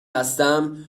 هستم